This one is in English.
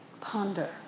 Ponder